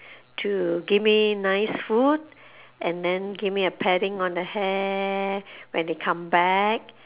to give me nice food and then give me a patting on the hair when they come back